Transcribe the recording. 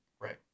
Right